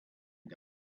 ago